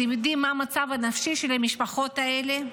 אתם יודעים מה המצב הנפשי של המשפחות האלה?